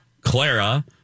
Clara